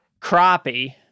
Crappie